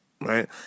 right